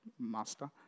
Master